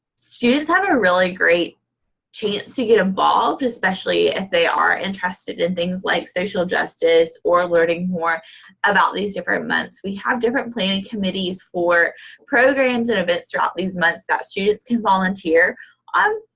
students have a really great chance to get involved, especially if they are interested in things like social justice, or learning more about these different months. we have different planning committees for programs and events throughout these months that students can volunteer on.